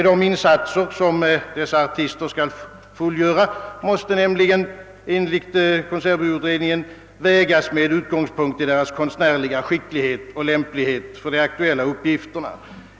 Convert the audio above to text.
De insatser, som dessa artister skall fullgöra, »måste nämligen vägas med utgångspunkt i deras konstnärliga skicklighet och lämplighet för de aktuella uppgifterna.